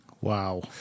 Wow